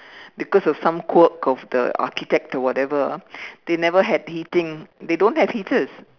because of some quirk of the architect or whatever ah they never have heating they don't have heaters